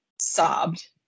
sobbed